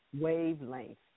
wavelength